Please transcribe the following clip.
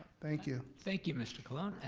thank you. thank you mr. colon.